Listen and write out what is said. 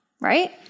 right